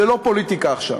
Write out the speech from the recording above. זה לא פוליטיקה עכשיו,